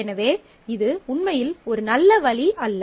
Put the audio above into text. எனவே இது உண்மையில் ஒரு நல்ல வழி அல்ல